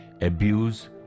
abuse